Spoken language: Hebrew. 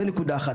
זוהי נקודה אחת.